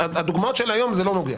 הדוגמאות של היום זה לא נוגע.